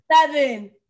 Seven